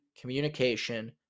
communication